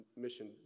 Mission